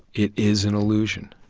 it is an illusion.